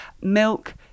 milk